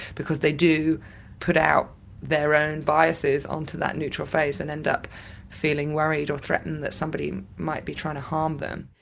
because they do put out their own biases onto that neutral face and end up feeling worried or threatened that somebody might be trying to harm them.